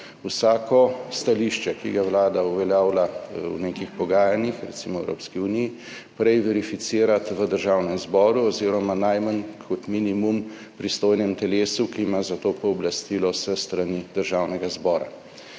vsako stališče, ki ga vlada uveljavlja v nekih pogajanjih, recimo, v Evropski uniji, prej verificirati v Državnem zboru oziroma najmanj, kot minimum, na pristojnem telesu, ki ima za to pooblastilo s strani Državnega zbora.